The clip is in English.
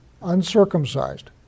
Uncircumcised